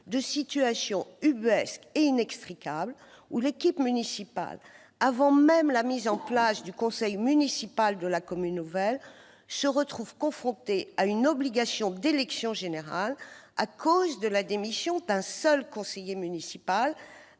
de situations ubuesques et inextricables où l'équipe municipale, avant même la mise en place du conseil municipal de la commune nouvelle, se retrouve confrontée à une obligation d'élections générales en raison de la démission d'un seul conseiller municipal